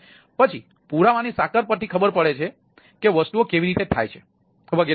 પછી પુરાવાની સાંકળ પરથી ખબર પડે છે વસ્તુઓ કેવી રીતે થાય છે વગેરે